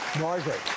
Margaret